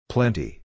Plenty